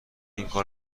اینکار